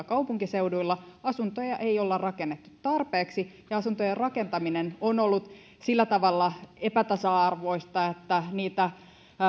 kaupunkiseuduilla asuntoja ei olla rakennettu tarpeeksi ja asuntojen rakentaminen on ollut sillä tavalla epätasa arvoista että